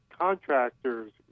contractors